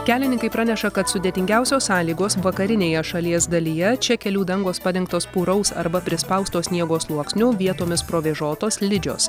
kelininkai praneša kad sudėtingiausios sąlygos vakarinėje šalies dalyje čia kelių dangos padengtos puraus arba prispausto sniego sluoksniu vietomis provėžotos slidžios